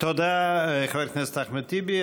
תודה, חבר הכנסת אחמד טיבי.